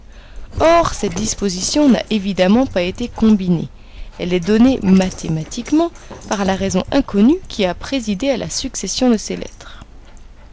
or cette disposition n'a évidemment pas été combinée elle est donnée mathématiquement par la raison inconnue qui a présidé à la succession de ces lettres